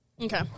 Okay